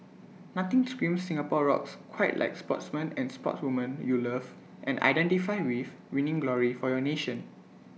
nothing screams Singapore rocks quite like sportsmen and sportswomen you love and identify with winning glory for your nation